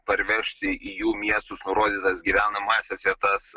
parvežti į jų miestus nurodytas gyvenamąsias vietas